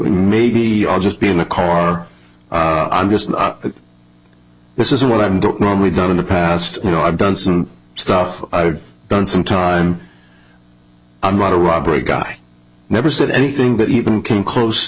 maybe i'll just be in the car i'm just not this is what i'm don't normally done in the past you know i've done some stuff i've done some time i'm not a robbery guy never said anything that even came close